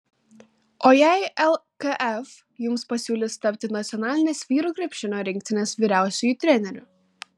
o jei lkf jums pasiūlys tapti nacionalinės vyrų krepšinio rinktinės vyriausiuoju treneriu